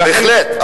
בהחלט.